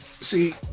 See